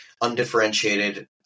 undifferentiated